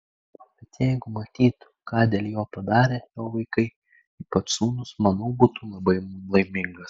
bet jeigu matytų ką dėl jo padarė jo vaikai ypač sūnus manau būtų labai laimingas